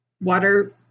water